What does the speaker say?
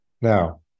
Now